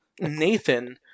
Nathan